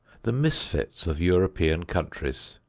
the misfits of european countries.